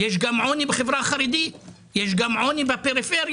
יש עוני גם בחברה החרדית, יש עוני גם בפריפריה.